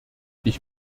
ich